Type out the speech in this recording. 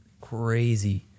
crazy